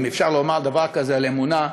אם אפשר לומר דבר כזה על אמונה,